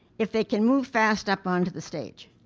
if they can move fast up onto the stage,